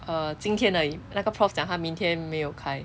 uh 今天而已那个 prof 讲它明天没有开